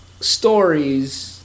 stories